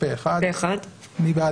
הצבעה התקנות אושרו.